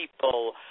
people